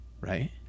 right